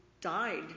died